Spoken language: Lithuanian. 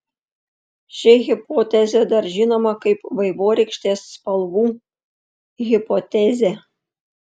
ši hipotezė dar žinoma kaip vaivorykštės spalvų hipotezė